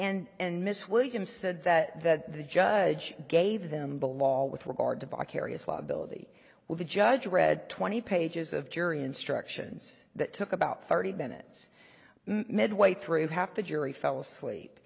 say and miss williams said that that the judge gave them the law with regard to vicarious liability when the judge read twenty pages of jury instructions that took about thirty minutes midway through half the jury fell asleep